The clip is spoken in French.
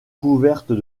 couvertes